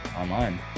online